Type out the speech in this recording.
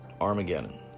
Armageddon